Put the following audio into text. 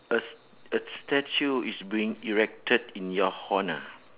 a s~ a statue is being erected in your honour